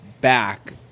back